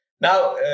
now